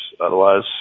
otherwise